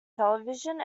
television